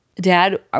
dad